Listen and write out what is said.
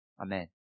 Amen